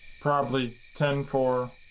probably. ten four